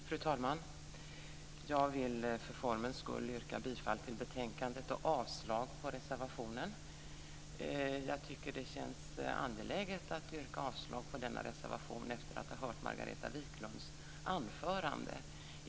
Fru talman! Jag vill för formens skull yrka bifall till betänkandet och avslag på reservationen. Jag tycker att det känns angeläget att yrka avslag på denna reservation efter att ha hört Margareta Viklunds anförande.